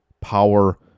power